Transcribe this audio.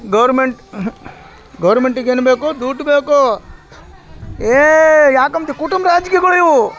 government ಗೌರ್ಮೆಂಟಿಗೆ ಏನು ಬೇಕು ದುಡ್ಡು ಬೇಕು ಏಯ್ ಯಾಕಂಬ್ತೆ ಕುಟುಂಬ ರಾಜಕೀಯಗಳ್ ಇವು